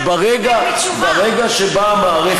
ברגע שבאה המערכת,